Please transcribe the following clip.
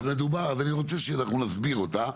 אז אני שאנחנו נסביר אותה,